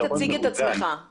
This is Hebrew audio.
תציג את עצמך.